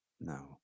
No